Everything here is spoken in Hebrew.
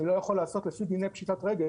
לא יכול לעשות לפי דיני פשיטת רגל,